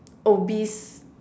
obese